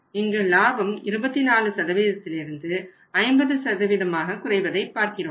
இங்கு லாபம் 24 இல் இருந்து 9 ஆக குறைவதை பார்க்கிறோம்